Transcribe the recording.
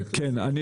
כן,